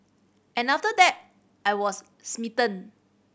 and after that I was smitten